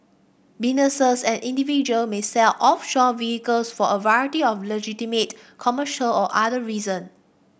businesses and individual may set up offshore vehicles for a variety of legitimate commercial or other reason